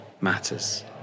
matters